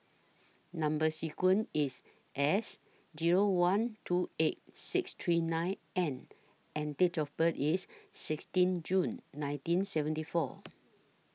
Number sequence IS S Zero one two eight six three nine N and Date of birth IS sixteen June nineteen seventy four